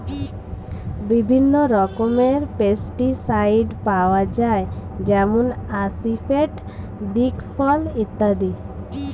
বিভিন্ন রকমের পেস্টিসাইড পাওয়া যায় যেমন আসিফেট, দিকফল ইত্যাদি